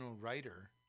writer